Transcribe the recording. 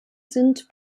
sind